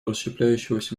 расщепляющегося